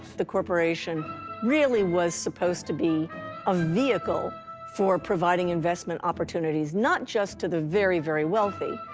the corporation really was supposed to be a vehicle for providing investment opportunities, not just to the very, very wealthy,